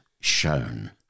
shown